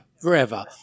forever